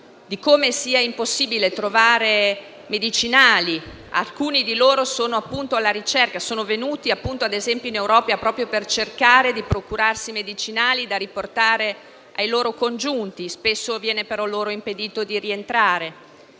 di come sia impossibile trovare medicinali. Alcuni di loro sono venuti in Europa proprio per cercare di procurarsi i medicinali da riportare ai loro congiunti, ma spesso viene loro impedito di rientrare.